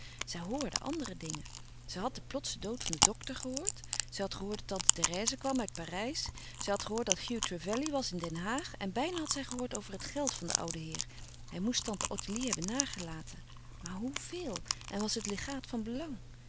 zij hoorde andere dingen zij had den plotsen dood van den dokter gehoord zij had gehoord dat tante therèse kwam uit parijs zij had gehoord dat hugh trevelley was in den haag en bijna had zij gehoord over het gèld van den ouden heer hij moest tante ottilie hebben nagelaten maar hoeveel en was het legaat van belang